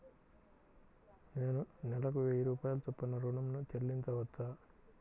నేను నెలకు వెయ్యి రూపాయల చొప్పున ఋణం ను చెల్లించవచ్చా?